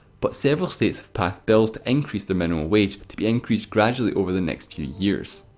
but several states have passed bills to increase their minimum wage, to be increased gradually over the next few years.